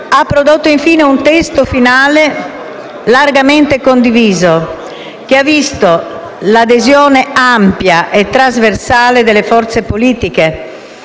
ha prodotto infine un testo finale largamente condiviso, che ha visto l'adesione ampia e trasversale delle forze politiche,